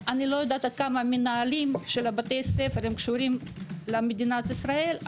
לא יודעת עד כמה מנהלים של בתי ספר קשורים למדינת ישראל,